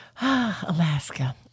alaska